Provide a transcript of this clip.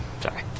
Sorry